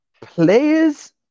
players